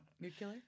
Nuclear